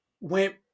went